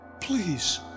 Please